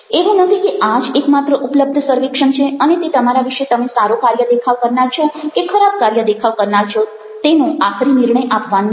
એવું નથી કે આ જ એકમાત્ર ઉપલબ્ધ સર્વેક્ષણ છે અને તે તમારા વિશે તમે સારો કાર્ય દેખાવ કરનાર છો કે ખરાબ કાર્ય દેખાવ કરનાર છો તેનો આખરી નિર્ણય આપવાનું છે